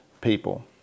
people